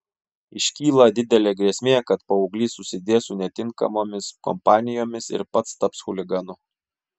iškyla didelė grėsmė kad paauglys susidės su netinkamomis kompanijomis ir pats taps chuliganu